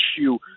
issue